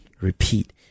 Repeat